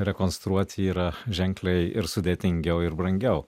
rekonstruoti yra ženkliai sudėtingiau ir brangiau